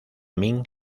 ming